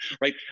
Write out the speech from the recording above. right